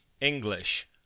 English